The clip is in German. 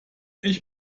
ich